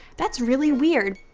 that's really weird.